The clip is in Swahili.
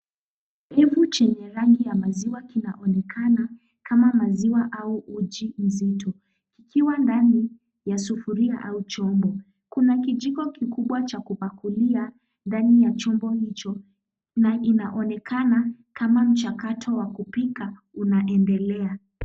Chepu chenye rangi ya maziwa kinaonekana kama maziwa au uji mzito. Ukiwa ndani ya sufuria au chombo. Kuna kijiko kikubwa cha kupakulia ndani ya chombo hicho, na inaonekana kama mchakato wa kupika unaendelea.